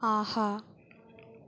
ஆஹா